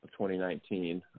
2019